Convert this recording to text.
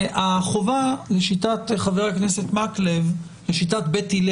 והחובה לשיטת חבר הכנסת מקלב היא שיטת בית הלל